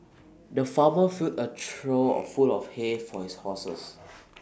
the farmer filled A trough of full of hay for his horses